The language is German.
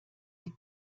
die